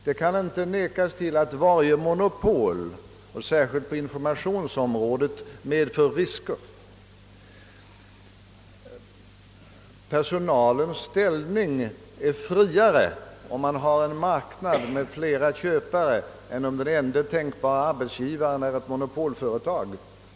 Det kan inte förnekas att varje monopol, särskilt på informationsområdet, medför risker. Personalens ställning är friare, om man har en marknad med flera köpare av deras tjänster än om den ende tänkbara arbetsgivaren är ett monopolföretag.